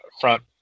front